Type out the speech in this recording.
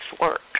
work